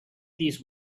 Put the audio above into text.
these